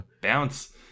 bounce